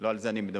לא על זה אני מדבר,